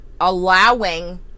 allowing